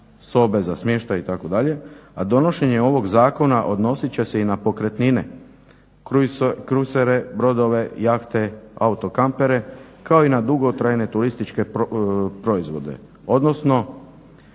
sobe za smještaj itd. A donošenje ovog zakona odnosit će se i na pokretnine, kruzere, brodove, jahte, auto kampere kao i na dugotrajne turističke proizvode odnosno